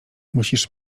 musisz